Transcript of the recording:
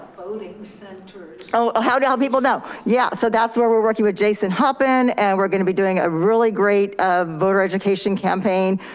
voting centers. oh, how will yeah people know? yeah, so that's where we're working with jason hoppin, and we're gonna be doing a really great um voter education campaign,